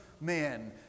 men